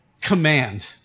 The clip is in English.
command